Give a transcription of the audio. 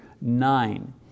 nine